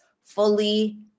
fully